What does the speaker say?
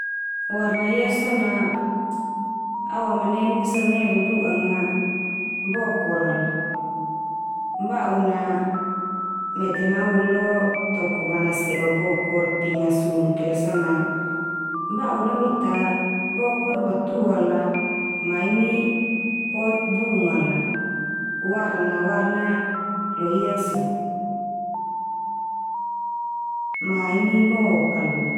Warna ia so na, awamanenen so na nai au dudu'anga bokor al. Ba'un na mete ma au lo toko manase'o bokor pinga suluk ia la so na ba'un na awita bokor matua la ma ini pot bunga la, warna na warna loiak so. Ma ini, mok kal bo.